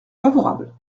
favorable